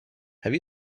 have